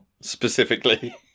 specifically